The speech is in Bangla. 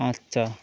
আচ্ছা